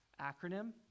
acronym